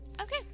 Okay